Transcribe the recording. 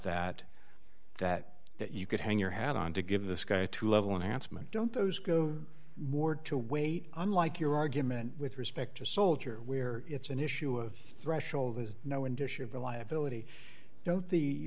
that that that you could hang your hat on to give this guy two level announcement don't those go more to wait unlike your argument with respect to soldier where it's an issue of threshold no indicia of the liability